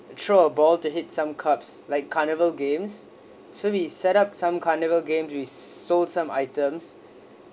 throw a ball to hit some cups like carnival games so we set up some carnival game we sold some items